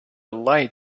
light